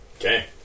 Okay